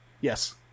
Yes